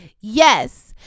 yes